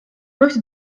möchte